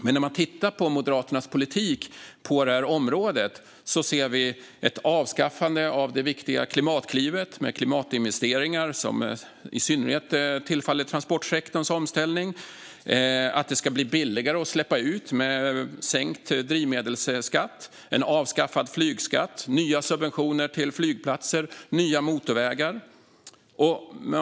Men när man tittar på Moderaternas politik på detta område ser man å andra sidan avskaffande av det viktiga Klimatklivet - som har klimatinvesteringar som i synnerhet tillfaller transportsektorns omställning - och att det ska bli billigare att släppa ut genom sänkt drivmedelsskatt, avskaffande av flygskatt och nya subventioner till flygplatser och nya motorvägar.